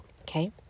okay